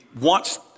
wants